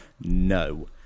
no